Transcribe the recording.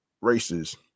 races